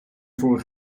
vorig